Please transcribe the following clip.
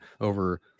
over